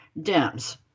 Dems